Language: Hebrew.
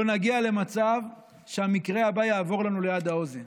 לא נגיע למצב שהמקרה הבא יעבור לנו ליד האוזן.